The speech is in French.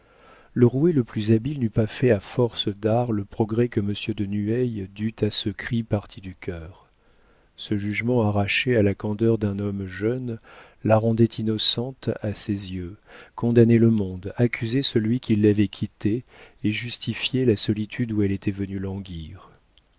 le roué le plus habile n'eût pas fait à force d'art le progrès que monsieur de nueil dut à ce cri parti du cœur ce jugement arraché à la candeur d'un homme jeune la rendait innocente à ses yeux condamnait le monde accusait celui qui l'avait quittée et justifiait la solitude où elle était venue languir